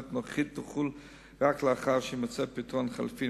רצוני לשאול: